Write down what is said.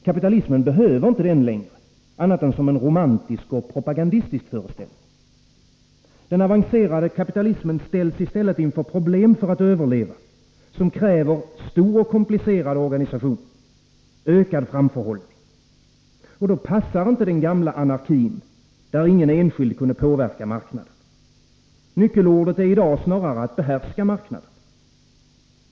Kapitalismen behöver den inte längre, annat än som romantisk och propagandistisk föreställning. Den avancerade kapitalismen ställs i stället inför problem för att överleva, som kräver stor och komplicerad organisation, ökad framförhållning. Då passar inte den gamla anarkin, där ingen enskild kunde påverka marknaden. Nyckelordet är i dag snarare att behärska marknaden.